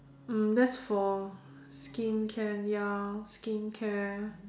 um that's for skincare ya skincare